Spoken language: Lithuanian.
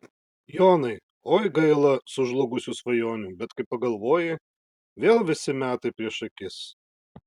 jonai oi gaila sužlugusių svajonių bet kai pagalvoji vėl visi metai prieš akis